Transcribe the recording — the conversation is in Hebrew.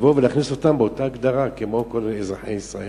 ולבוא ולהכניס אותם באותה הגדרה כמו כל אזרחי ישראל.